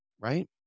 Right